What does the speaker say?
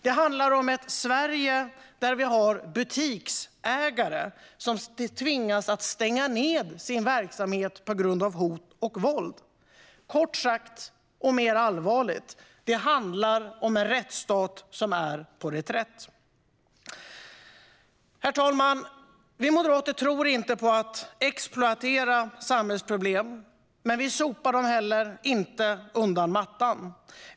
Det handlar om ett Sverige där butiksägare tvingas stänga ned sin verksamhet på grund av hot och våld. Kort sagt och mer allvarligt: Det handlar om en rättsstat som är på reträtt. Herr talman! Vi moderater tror inte på att exploatera samhällsproblem, men vi sopar dem inte heller under mattan.